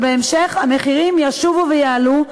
ובהמשך המחירים ישובו ויעלו,